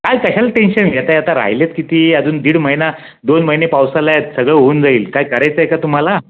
काय कशाला टेन्शन घेत आहे आता राहिले आहेत किती अजून दीड महिना दोन महिने पावसाला आहेत सगळं होऊन जाईल काय करायचं आहे का तुम्हाला